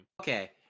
okay